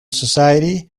society